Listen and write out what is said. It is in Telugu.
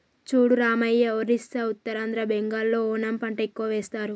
చూడు రామయ్య ఒరిస్సా ఉత్తరాంధ్ర బెంగాల్లో ఓనము పంట ఎక్కువ వేస్తారు